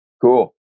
Cool